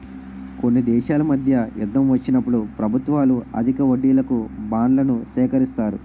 కొన్ని దేశాల మధ్య యుద్ధం వచ్చినప్పుడు ప్రభుత్వాలు అధిక వడ్డీలకు బాండ్లను సేకరిస్తాయి